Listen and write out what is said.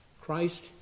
Christ